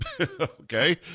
Okay